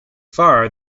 far